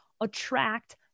attract